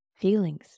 feelings